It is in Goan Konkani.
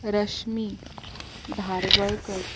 रश्मी धारगळकर